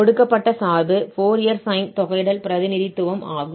கொடுக்கப்பட்ட சார்பு Fourier sine தொகையிடல் பிரதிநிதித்துவம் ஆகும்